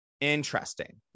interesting